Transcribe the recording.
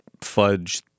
fudge